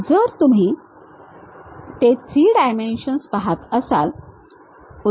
जर तुम्ही ते 3 डायमेन्शन्स पहात असाल